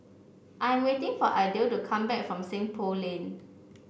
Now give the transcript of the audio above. I'm waiting for Idell to come back from Seng Poh Lane